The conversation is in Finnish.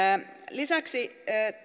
lisäksi